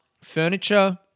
furniture